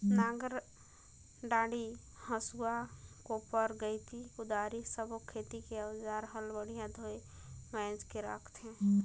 नांगर डांडी, हसुआ, कोप्पर गइती, कुदारी सब्बो खेती के अउजार हल बड़िया धोये मांजके राखथे